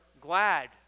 glad